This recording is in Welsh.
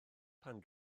pan